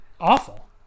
Awful